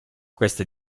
questa